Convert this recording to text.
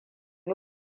yi